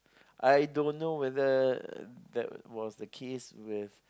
I don't know whether that was the case with